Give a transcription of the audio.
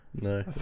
No